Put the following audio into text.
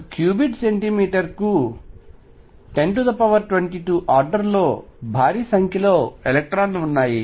ఒక క్యూబిడ్ సెంటీమీటర్కు 1022ఆర్డర్ లో భారీ సంఖ్యలో ఎలక్ట్రాన్లు ఉన్నాయి